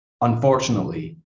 Unfortunately